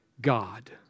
God